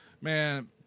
Man